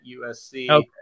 USC